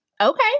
Okay